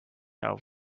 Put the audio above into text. out